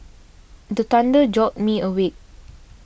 the thunder jolt me awake